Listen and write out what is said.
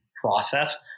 process